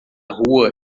rua